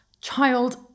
child